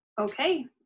Okay